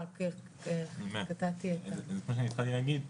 התחלתי להגיד,